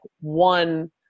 one